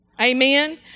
Amen